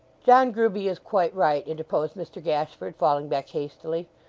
john grueby is quite right interposed mr gashford, falling back hastily.